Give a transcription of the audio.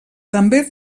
també